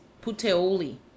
Puteoli